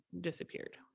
disappeared